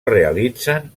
realitzen